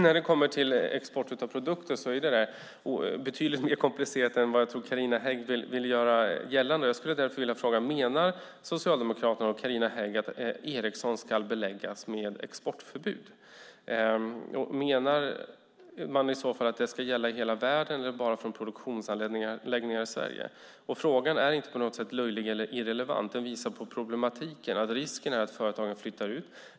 När det kommer till export av produkter är det betydligt mer komplicerat än vad jag tror Carina Hägg vill göra gällande. Jag skulle därför vilja fråga: Menar Socialdemokraterna och Carina Hägg att Ericsson ska beläggas med exportförbud? Menar man i så fall att det ska gälla i hela världen eller bara från produktionsanläggningar i Sverige? Frågan är inte på något sätt löjlig eller irrelevant. Den visar på problematiken och att risken är att företagen flyttar ut.